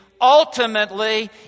ultimately